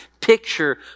picture